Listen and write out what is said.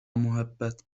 محبت